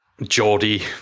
geordie